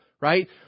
right